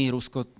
Rusko